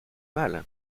mal